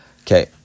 Okay